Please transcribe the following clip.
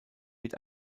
mit